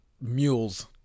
mules